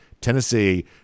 Tennessee